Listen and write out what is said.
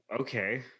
Okay